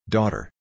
Daughter